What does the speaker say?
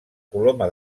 coloma